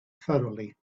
thoroughly